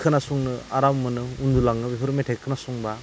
खोनासंनो आराम मोनो उन्दुलाङो बेफोर मेथाइखौ खोनासंबा